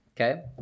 Okay